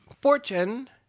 fortune